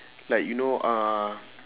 like you know uh